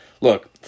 Look